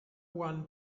one